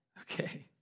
Okay